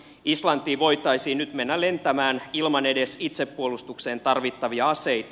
islantiin voitaisiin nyt mennä lentämään ilman edes itsepuolustukseen tarvittavia aseita